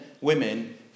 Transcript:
women